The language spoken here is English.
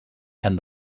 and